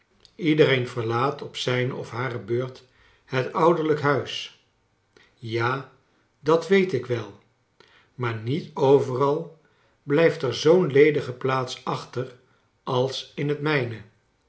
iedereen verlaat op zijne of hare beurt het ouderlijk huis ja dat weet ik wel maar niet overal blijft er zoo'n ledige plaats achter als in het mijne